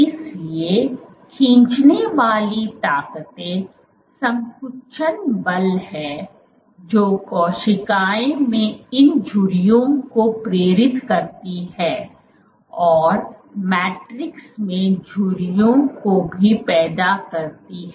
इसलिए खींचने वाली ताकतें संकुचन बल हैं जो कोशिकाओं में इन झुर्रियों को प्रेरित करती हैं और मैट्रिक्स में झुर्रियां को भी पैदा करती हैं